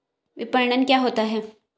विपणन क्या होता है?